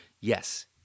yes